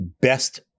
best